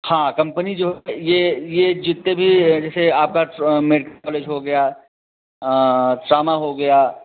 हाँ कम्पनी जो ये ये जितने भी जैसे आपका मेडिकल हो गया सामा हो गया